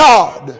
God